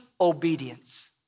obedience